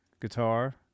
guitar